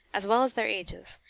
as well as their ages,